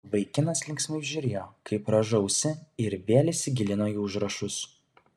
vaikinas linksmai žiūrėjo kaip rąžausi ir vėl įsigilino į užrašus